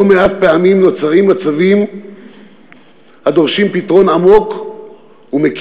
לא מעט פעמים נוצרים מצבים הדורשים פתרון עמוק ומקיף,